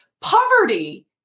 poverty